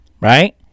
right